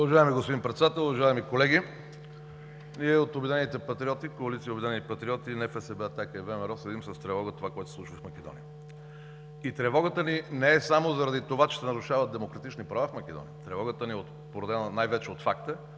Уважаеми господин Председател, уважаеми колеги! Ние от коалиция „Обединени патриоти – НФСБ, „Атака“ и ВМРО“ следим с тревога това, което се случва в Македония. И тревогата ни не е само заради това, че се нарушават демократични права в Македония. Тревогата ни е породена най-вече от факта,